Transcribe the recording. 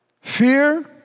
Fear